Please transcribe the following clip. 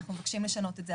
אנחנו מבקשים לשנות את זה,